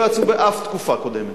לא יצאו באף תקופה קודמת,